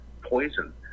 poison